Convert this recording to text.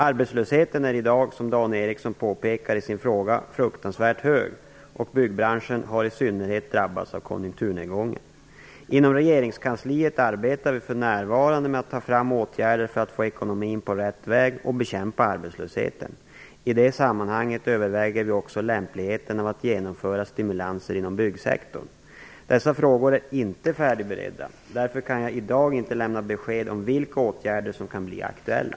Arbetslösheten är i dag, som Dan Ericsson påpekar i sin fråga, fruktansvärt hög och byggbranschen har i synnerhet drabbats av konjunkturnedgången. Inom regeringskansliet arbetar vi för närvarande med att ta fram åtgärder för att få ekonomin på rätt väg och bekämpa arbetslösheten. I det sammanhanget överväger vi också lämpligheten av att genomföra stimulanser inom byggsektorn. Dessa frågor är inte färdigberedda. Därför kan jag i dag inte lämna besked om vilka åtgärder som kan bli aktuella.